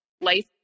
life